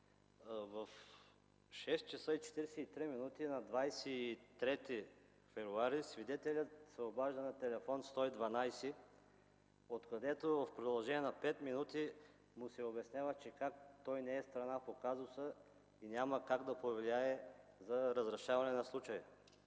В 6,43 ч. на 23 февруари тази година свидетелят се обажда на телефон 112, откъдето в продължение на пет минути му се обяснява, че как той не е страна по казуса и няма как да повлияе за разрешаване на случая.